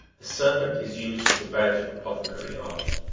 the serpent is used as the badge of apothecary art.